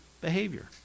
behavior